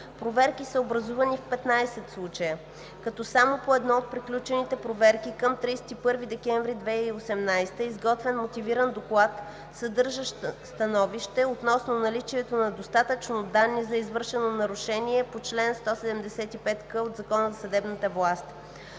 проверки са образувани в 15 случая, като само по една от приключените проверки към 31 декември 2018 г. е изготвен мотивиран доклад, съдържащ становище относно наличието на достатъчно данни за извършено нарушение по чл. 175к от Закона за съдебната власт.